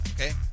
Okay